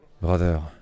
Brother